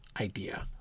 idea